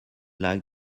like